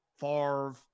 Favre